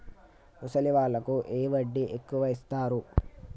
ముసలి వాళ్ళకు ఏ వడ్డీ ఎక్కువ ఇస్తారు?